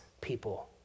people